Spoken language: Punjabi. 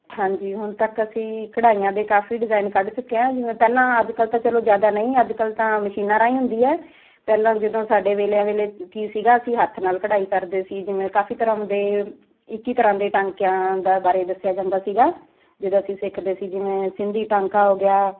ਹਾਂਜੀ ਹੁਣ ਤੱਕ ਅਸੀਂ ਕਢਾਈਆਂ ਦੇ ਕਾਫ਼ੀ ਡਿਜ਼ਾਇਨ ਕੱਢ ਚੁੱਕੇ ਹਾਂ ਜਿਵੇਂ ਪਹਿਲਾਂ ਅੱਜ ਕੱਲ੍ਹ ਤਾਂ ਚਲੋ ਜ਼ਿਆਦਾ ਨਹੀਂ ਅੱਜ ਕੱਲ੍ਹ ਤਾਂ ਮਸ਼ੀਨਾਂ ਰਾਹੀਂ ਹੁੰਦੀ ਹੈ ਪਹਿਲਾਂ ਜਦੋਂ ਸਾਡੇ ਵੇਲਿਆਂ ਵੇਲੇ ਕੀ ਸੀਗਾ ਅਸੀਂ ਹੱਥ ਨਾਲ ਕਢਾਈ ਕਰਦੇ ਸੀ ਜਿਵੇਂ ਕਾਫ਼ੀ ਤਰ੍ਹਾਂ ਦੇ ਇੱਕੀ ਤਰ੍ਹਾਂ ਦੇ ਟਾਂਕਿਆਂ ਦਾ ਬਾਰੇ ਦੱਸਿਆ ਜਾਂਦਾ ਸੀਗਾ ਜਦੋਂ ਅਸੀਂ ਸਿੱਖਦੇ ਸੀ ਜਿਵੇਂ ਸਿੰਧੀ ਟਾਂਕਾ ਹੋ ਗਿਆ